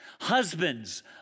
Husbands